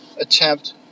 attempt